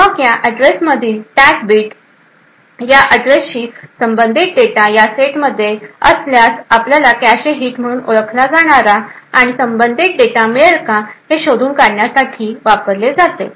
मग या अॅड्रेसमधील टॅग बिटस् या अॅड्रेसशी संबंधित डेटा या सेटमध्ये सध्या असल्यास आपल्याला कॅशे हिट म्हणून ओळखला जाणारा आणि संबंधित डेटा मिळेल का हे हे शोधून काढण्यासाठी वापरले जाते